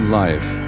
life